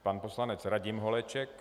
Pan poslanec Radim Holeček.